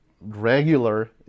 regular